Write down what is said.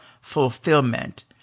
fulfillment